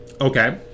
Okay